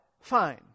find